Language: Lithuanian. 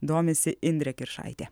domisi indrė kiršaitė